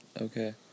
okay